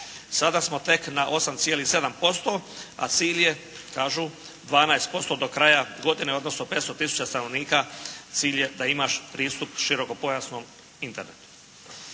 Sada smo tek na 8,7% a cilj je kažu 12% do kraja godine, 500 tisuća stanovnika, cilj je da imaš pristup širokopojasnom internetu.